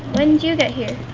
when did you get here?